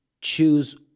choose